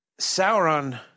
Sauron